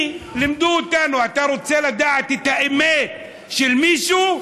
לימדו אותנו: אתה רוצה לדעת את האמת של מישהו?